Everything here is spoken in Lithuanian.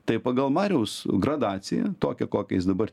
tai pagal mariaus gradaciją tokią kokią jis dabar